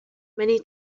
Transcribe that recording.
many